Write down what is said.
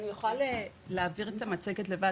אני גרה ברחוב פולג,